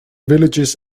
villages